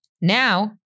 Now